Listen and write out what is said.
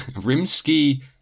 Rimsky